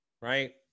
right